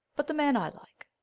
but the man i like.